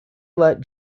let